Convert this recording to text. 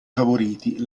favoriti